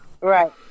Right